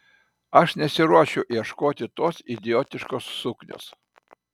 aš nesiruošiu ieškoti tos idiotiškos suknios